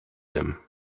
him